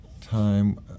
time